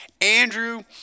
Andrew